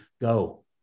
go